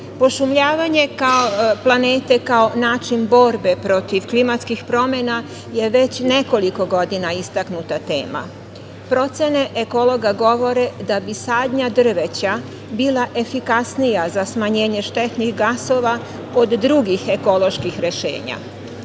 vodoprivrede. Pošumljavanje planete, kao način borbe protiv klimatskih promena, je već nekoliko godina istaknuta tema. Procene ekologa govore da bi sadnja drveća bila efikasnija za smanjenje štetnih gasova od drugih ekoloških rešenja.